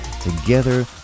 together